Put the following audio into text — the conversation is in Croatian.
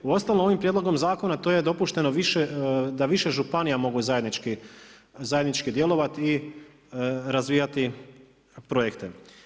Uostalom ovim prijedlogom zakona to je dopušteno da više županija mogu zajednički djelovati i razvijati projekte.